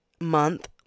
month